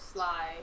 Sly